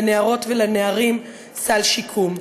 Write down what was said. לנערות ולנערים סל שיקום.